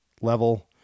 level